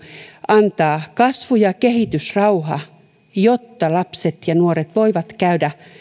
antaa kasvu ja kehitysrauha jotta lapset ja nuoret voivat käydä